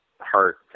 heart